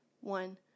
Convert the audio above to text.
one